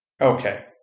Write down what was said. Okay